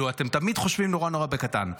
אתם תמיד חושבים נורא נורא בקטן.